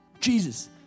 Jesus